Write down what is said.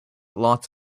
lots